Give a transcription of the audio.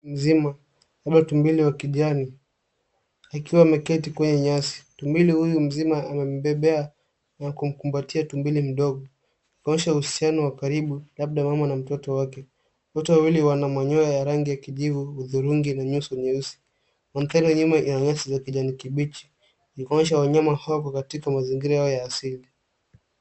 Mzima ama tumbili wa kijani, akiwa ameketi kwenye nyasi. Tumbili huyu mzima anambebea na kumkumbatia tumbili mdogo, kuonyesha uhusiano wa karibu labda mama na mtoto wake. Wote wawili wana manyoya ya rangi ya kijivu, hudhurungi na nyuso nyeusi. Mandhari ya nyuma, ina nyasi ya kijani kibichi, ni kuonyesha wanyama hawa wako katika mazingira yao ya asili.